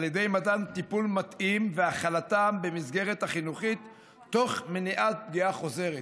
ידי מתן טיפול מתאים והכלתם במסגרת החינוכית תוך מניעת פגיעה חוזרת.